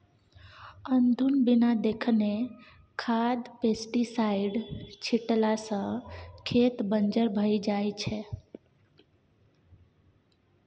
अनधुन बिना देखने खाद पेस्टीसाइड छीटला सँ खेत बंजर भए जाइ छै